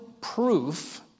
proof